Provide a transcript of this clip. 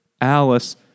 Alice